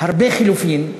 הרבה חילופים,